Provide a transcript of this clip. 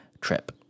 trip